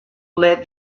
led